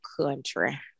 country